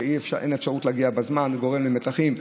כשאין אפשרות להגיע בזמן זה גורם למתחים.